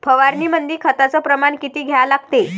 फवारनीमंदी खताचं प्रमान किती घ्या लागते?